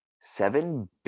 seven